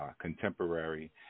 contemporary